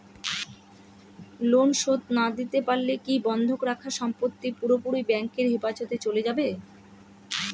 Loan শোধ না দিতে পারলে কি বন্ধক রাখা সম্পত্তি পুরোপুরি ব্যাংকের হেফাজতে চলে যাবে?